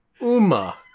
Uma